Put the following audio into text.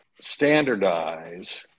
standardize